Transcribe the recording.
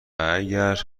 اگر